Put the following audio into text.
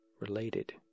related